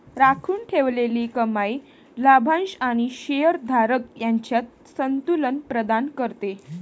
राखून ठेवलेली कमाई लाभांश आणि शेअर धारक यांच्यात संतुलन प्रदान करते